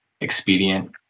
expedient